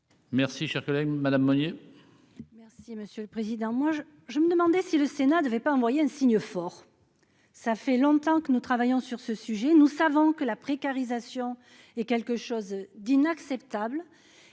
Merci, cher collègue Madame Meunier.